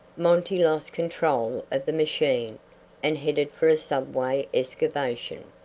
monty lost control of the machine and headed for a subway excavation.